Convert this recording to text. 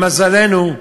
למזלנו,